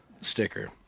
sticker